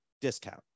discount